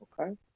okay